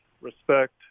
respect